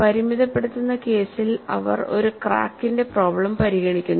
പരിമിതപ്പെടുത്തുന്ന കേസിൽ അവർ ഒരു ക്രാക്കിന്റെ പ്രോബ്ലം പരിഗണിക്കുന്നു